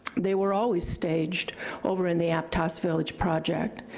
they were always staged over in the aptos village project.